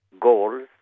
goals